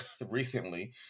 recently